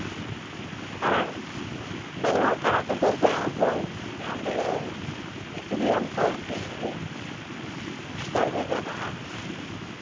थाना बलगांव थाना से बोलते है उसको ध्यान देगा वो इसीलिए हम कॉल किए है कि सर्वे कर रहे हैं